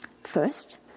First